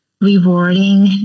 rewarding